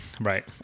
Right